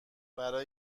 برا